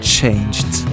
Changed